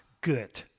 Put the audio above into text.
good